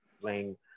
playing